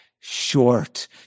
Short